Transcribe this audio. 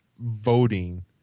voting